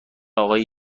آقای